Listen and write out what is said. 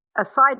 aside